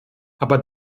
aber